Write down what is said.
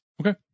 Okay